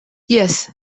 jes